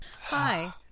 Hi